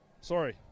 sorry